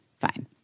fine